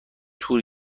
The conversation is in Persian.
تور